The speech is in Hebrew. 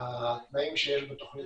התנאים שיש בתוכנית הפיקוח.